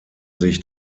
sich